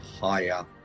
higher